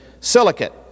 silicate